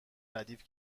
ردیف